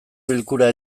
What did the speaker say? bilkura